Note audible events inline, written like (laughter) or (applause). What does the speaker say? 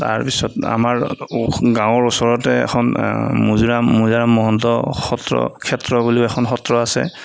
তাৰ পিছত আমাৰ (unintelligible) গাঁৱৰ ওচৰতে এখন (unintelligible) মৌজা মহন্ত সত্ৰ ক্ষেত্ৰ বুলিও এখন সত্ৰ আছে